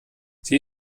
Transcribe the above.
sie